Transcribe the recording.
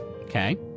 Okay